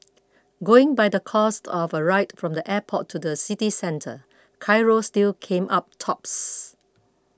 going by the cost of a ride from the airport to the city centre Cairo still came up tops